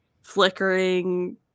flickering